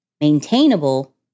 maintainable